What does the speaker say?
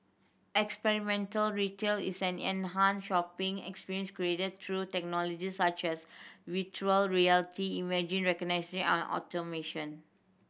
experiential retail is an enhanced shopping experience created through technologies such as virtual reality imaging and automation